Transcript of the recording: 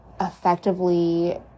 effectively